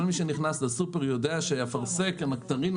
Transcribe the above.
כל מי שנכנס לסופר יודע שאפרסק ונקטרינה